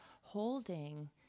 holding